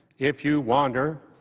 if you wander,